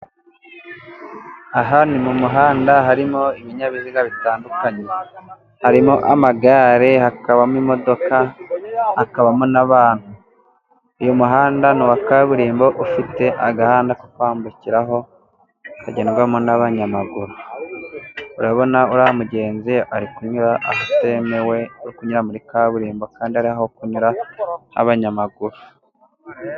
Aha ni mu muhanda harimo ibinyabiziga bitandukanye. Harimo amagare, hakabamo imodoka, hakabamo n'abantu. Uyu muhanda ni uwa kaburimbo. Ufite agahanda ko kwambukiraho kagendwamo n'abanyamaguru. Urabona uriya mugenzi ari kunyura ahatemewe ari kunyura muri kaburimbo kandi hari aho kunyura h'abanyamaguru.